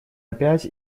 опять